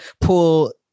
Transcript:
pull